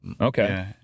Okay